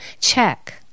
check